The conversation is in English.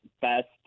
best